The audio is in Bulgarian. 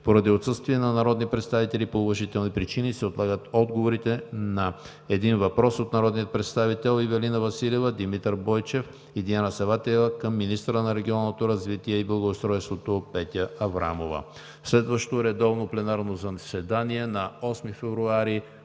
Поради отсъствие на народни представители по уважителни причини се отлага отговорът на един въпрос от народните представители Ивелина Василева, Димитър Бойчев и Диана Саватева към министъра на регионалното развитие и благоустройството Петя Аврамова. Следващо редовно пленарно заседание на 8 февруари